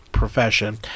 profession